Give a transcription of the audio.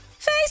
Face